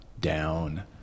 down